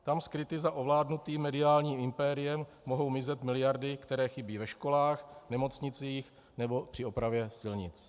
Tam skryty za ovládnutým mediálním impériem mohou mizet miliardy, které chybí ve školách, nemocnicích nebo při opravě silnic.